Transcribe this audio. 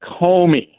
Comey